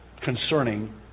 concerning